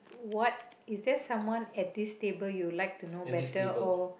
what is there someone at this table you would like to know better or